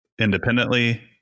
independently